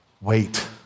Wait